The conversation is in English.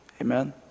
Amen